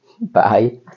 bye